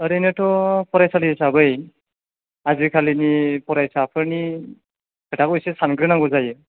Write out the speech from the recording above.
ओरैनोथ' फरायसालि हिसाबै आजिखालिनि फरायसाफोरनि खोथाखौ एसे सानग्रो नांगौ जायो